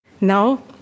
Now